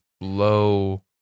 low